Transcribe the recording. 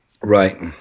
Right